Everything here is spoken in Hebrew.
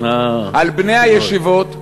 על בני הישיבות,